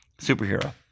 superhero